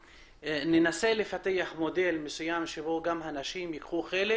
ננסה לפתח מודל מסוים בו גם הנשים ייקחו חלק